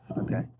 Okay